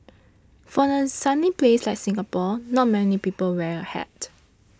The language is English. for a sunny place like Singapore not many people wear a hat